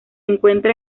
encuentra